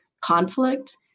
conflict